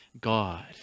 God